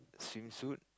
swimming suit